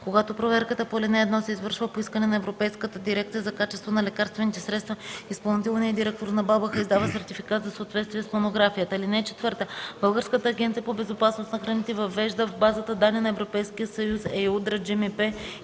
Когато проверката по ал. 1 се извършва по искане на Европейската дирекция за качеството на лекарствените средства, изпълнителният директор на БАБХ издава сертификат за съответствие с монографията.” (4) Българската агенция по безопасност на храните въвежда в базата данни на Европейския съюз (EudraGMP)